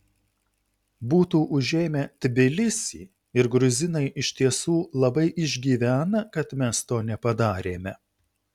būtų užėmę tbilisį ir gruzinai iš tiesų labai išgyvena kad mes to nepadarėme